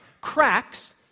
cracks